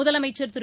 முதலமைச்சர் திரு